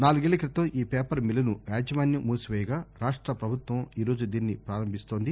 నాలుగేళ్ల క్రితం ఈ పేపర్ మిల్లును యాజమాన్యం మూసివేయగా రాష్ట్ర పభుత్వం ఈ రోజు దీన్ని పున పారంభిస్తోంది